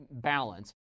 balance